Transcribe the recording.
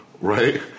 Right